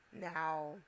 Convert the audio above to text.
Now